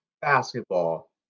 basketball